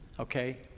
Okay